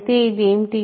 అయితే ఇది ఏమిటి